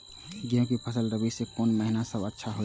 गेहूँ के फसल रबि मे कोन महिना सब अच्छा होयत अछि?